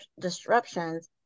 disruptions